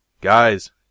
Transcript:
guys